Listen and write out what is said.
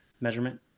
measurement